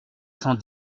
cent